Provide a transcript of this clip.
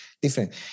different